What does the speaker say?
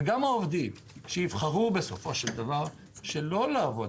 גם העובדים שיבחרו בסופו של דבר שלא לעבוד